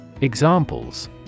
Examples